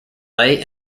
leigh